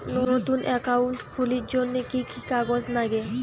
নতুন একাউন্ট খুলির জন্যে কি কি কাগজ নাগে?